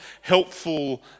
helpful